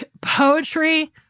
Poetry